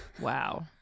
wow